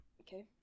Okay